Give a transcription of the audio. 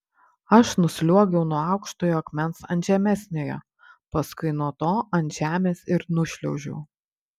aš nusliuogiau nuo aukštojo akmens ant žemesniojo paskui nuo to ant žemės ir nušliaužiau